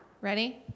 Ready